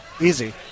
Easy